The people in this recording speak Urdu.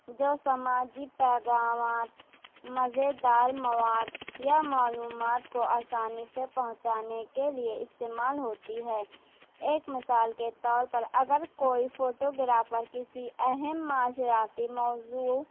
جو سماجی پیغامات مزیدار مواد یا معلومات کو آسانی سے پہنچانے کے لیے استعمال ہوتی ہے ایک مثال کے طور پر اگر کوئی فوٹوگرافر کسی اہم معاشراتی موضوع